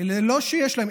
אז מה, לא שיש להם.